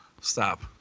Stop